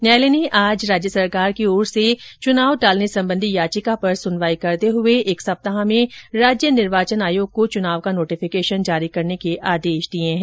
न्यायालय ने आज राज्य सरकार की ओर से चुनाव टालने संबंधी याचिका पर सुनवाई करते हुए एक सप्ताह में राज्य निर्वाचन आयोग को चुनाव का नोटिफिकेशन जारी करने के आदेश दिए हैं